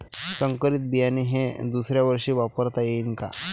संकरीत बियाणे हे दुसऱ्यावर्षी वापरता येईन का?